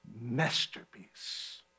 masterpiece